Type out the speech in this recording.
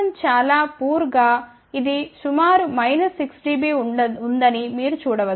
S11 చాలా పేలవంగాఇది సుమారు మైనస్ 6 dB ఉందని మీరు చూడ వచ్చు